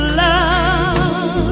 love